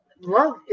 Love